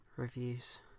Reviews